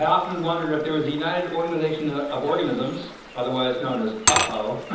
often wondered, if there was a united organization of organisms otherwise known as uh-oh